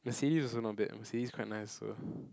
Mercedes also not bad Mercedes quite nice also